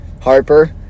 Harper